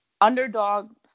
underdogs